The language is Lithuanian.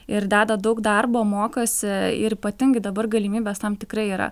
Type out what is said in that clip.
ir deda daug darbo mokosi ir ypatingai dabar galimybės tam tikrai yra